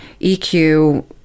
EQ